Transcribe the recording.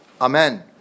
Amen